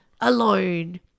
alone